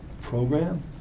program